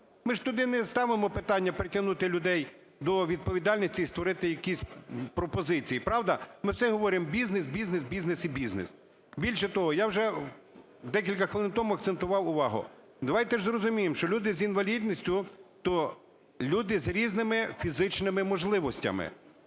Ми ж туди не ставимо питання притягнути людей до відповідальності і створити якісь пропозиції, правда? Ми все говоримо: бізнес, бізнес, бізнес і бізнес. Більше того, я вже декілька хвилин тому акцентував увагу: давайте зрозуміємо, що люди з інвалідністю, то люди з різними фізичними можливостями.